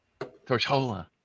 Tortola